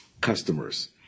customers